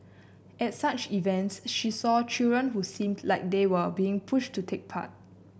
at such events she saw children who seemed like they were being pushed to take part